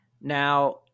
now